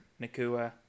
Nakua